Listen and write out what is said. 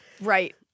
Right